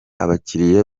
abakiriya